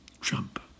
Trump